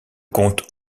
compte